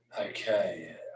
okay